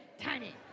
tiny